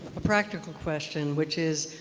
a practical question which is,